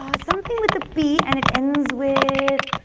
something with the p and it ends with.